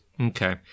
Okay